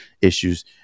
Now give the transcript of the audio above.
issues